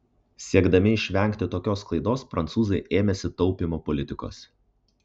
siekdami išvengti tokios klaidos prancūzai ėmėsi taupymo politikos